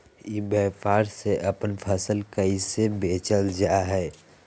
ई व्यापार से अपन फसल कैसे बेचल जा हाय?